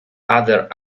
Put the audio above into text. other